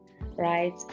right